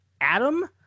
Adam